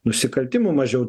nusikaltimų mažiau